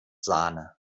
sahne